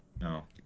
No